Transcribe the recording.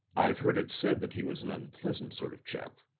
i've heard it said that he was an unpleasant sort of chap,